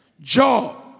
Job